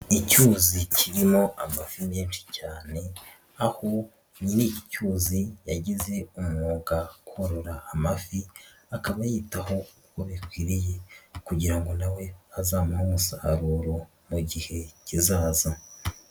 Icyuzi kirimo amafi menshi cyane, aho nyiricyuzi yagize umwuga kurora amafi, akaba ayitaho uko bikwiriye kugira ngo nawe azamuhe umusaruro mu gihe kizaza.